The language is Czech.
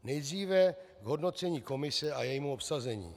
Nejdříve k hodnocení komise a jejímu obsazení.